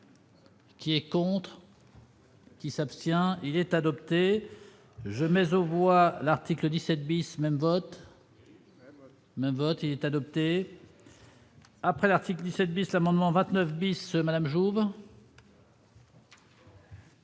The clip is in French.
Qui est contre. Qui s'abstient, il est adopté, je mais au mois, l'article 17 bis même vote. Même vote est adoptée après l'article 17 bus amendement 29 Madame Jourdain.